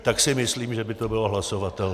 Tak si myslím, že by to bylo hlasovatelné.